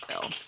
bill